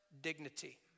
dignity